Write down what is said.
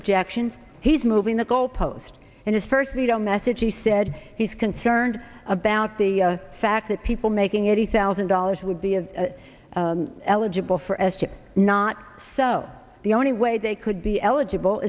objections he's moving the goal post in his first veto message he said he's concerned about the fact that people making eighty thousand dollars would be of eligible for s chip not so the only way they could be eligible